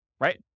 right